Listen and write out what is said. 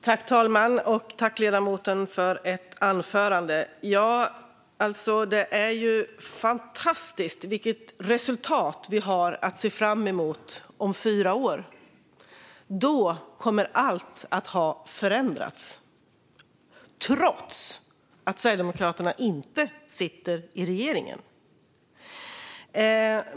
Herr talman! Tack, ledamoten, för anförandet! Det är ju fantastiskt vilket resultat vi har att se fram emot om fyra år. Då kommer allt att ha förändrats - trots att Sverigedemokraterna inte sitter i regeringen.